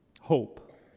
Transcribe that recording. Hope